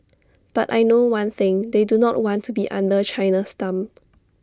but I know one thing they do not want to be under China's thumb